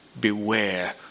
beware